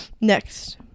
Next